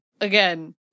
again